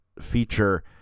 feature